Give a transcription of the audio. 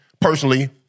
personally